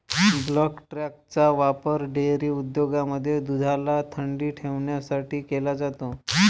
bulk टँकचा वापर dairy उद्योगांमध्ये दुधाला थंडी ठेवण्यासाठी केला जातो